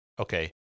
okay